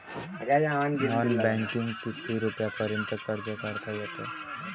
Non बँकिंगनं किती रुपयापर्यंत कर्ज काढता येते?